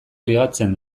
ligatzen